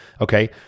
okay